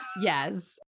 Yes